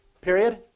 Period